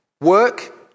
Work